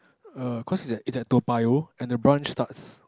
err cause it's at it's at Toa-Payoh and the branch starts